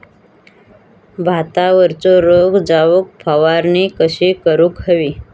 भातावरचो रोग जाऊक फवारणी कशी करूक हवी?